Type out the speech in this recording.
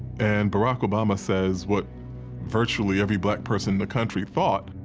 and barack obama says what virtually every black person in the country thought.